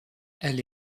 elle